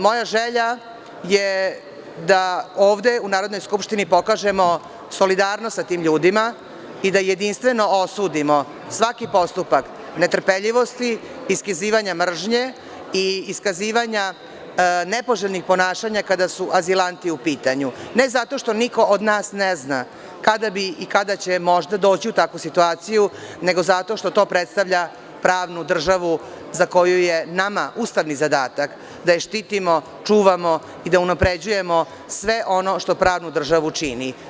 Moja želja je da ovde u Narodnoj skupštini pokažemo solidarnost sa tim ljudima i da jedinstveno osudimo svaki postupak netrpeljivosti, iskazivanja mržnje i iskazivanja nepoželjnih ponašanja kada su azilanti upitanju, ne zato što niko od nas ne zna kada bi i kada će možda doći u takvu situaciju, nego zato što to predstavlja pravnu državu za koju je nama ustavni zadatak da je štitimo, čuvamo i da unapređujemo sve ono što pravnu državu čini.